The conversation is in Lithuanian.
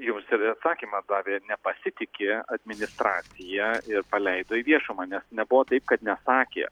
jau savi atsakymą davė nepasitiki administracija ir paleido į viešumą nes nebuvo taip kad nesakė